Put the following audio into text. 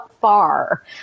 far